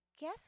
guess